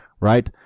right